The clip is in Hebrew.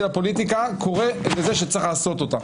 לפוליטיקה קורא לזה שצריך לעשות אותם.